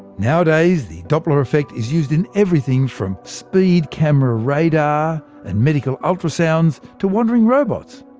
nowadays, the doppler effect is used in everything from speed camera radar and medical ultrasounds to wandering robots.